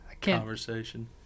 conversation